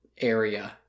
area